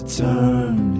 turn